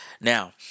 Now